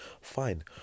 fine